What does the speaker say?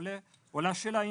עולה שאלה,